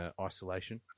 isolation